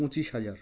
পঁচিশ হাজার